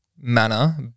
manner